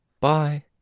Bye